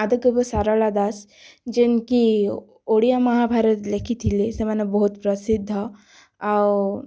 ଆଦିକବି ଶାରଳା ଦାଶ୍ ଯେନ୍କି ଓଡ଼ିଆ ମହାଭାରତ୍ ଲେଖିଥିଲେ ସେମାନେ ବହୁତ୍ ପ୍ରସିଦ୍ଧ ଆଉ